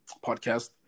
podcast